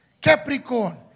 Capricorn